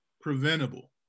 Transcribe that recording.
Preventable